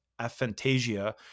aphantasia